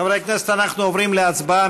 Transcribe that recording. חברי הכנסת, אנחנו עוברים להצבעה.